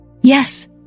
Yes